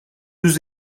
yüz